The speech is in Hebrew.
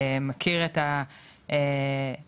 מכיר את הדילמות,